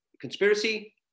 conspiracy